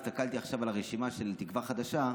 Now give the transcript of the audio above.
הסתכלתי עכשיו על הרשימה של תקווה חדשה,